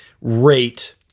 rate